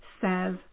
says